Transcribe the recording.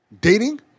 dating